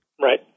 Right